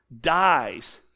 dies